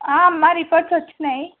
అమ్మా రిపోర్ట్స్ వచ్చాయి